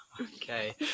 Okay